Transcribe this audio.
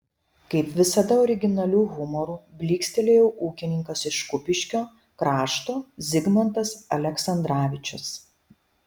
kaip visada originaliu humoru blykstelėjo ūkininkas iš kupiškio krašto zigmantas aleksandravičius